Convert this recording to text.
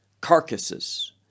carcasses